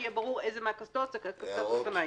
שיהיה ברור איזה מהקסדות זה קסדת אופניים.